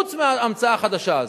חוץ מההמצאה החדשה הזאת.